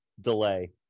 delay